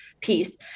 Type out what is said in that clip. piece